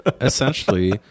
Essentially